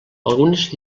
algunes